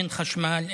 אין חשמל,